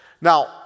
Now